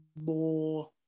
more